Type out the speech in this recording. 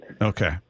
Okay